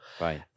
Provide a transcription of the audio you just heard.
Right